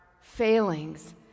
failings